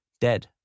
dead